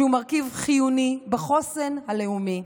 שהוא מרכיב חיוני בחוסן הלאומי.